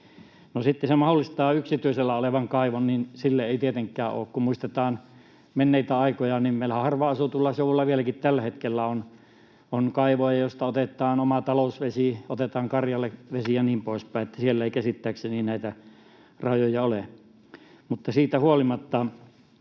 se mahdollistaa, että yksityisellä olevalla kaivolla ei tietenkään ole. Kun muistetaan menneitä aikoja, niin meillä harvaan asutulla seudulla vieläkin tällä hetkellä on kaivoja, joista otetaan oma talousvesi, otetaan karjalle vesi ja niin poispäin, niin että siellä ei käsittääkseni näitä rajoja ole. Mutta siitä huolimatta